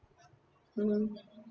mm